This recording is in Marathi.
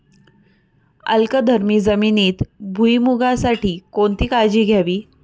अल्कधर्मी जमिनीत भुईमूगासाठी कोणती काळजी घ्यावी?